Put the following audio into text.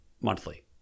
monthly